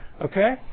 Okay